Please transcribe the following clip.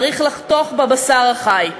צריך לחתוך בבשר החי.